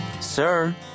Sir